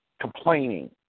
complaining